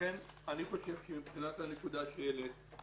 לכן אני חושב שמבחינת הנקודה שהעלית,